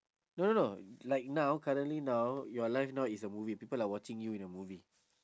no no no like now currently now your life now is a movie people are watching you in a movie